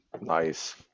Nice